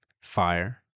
Fire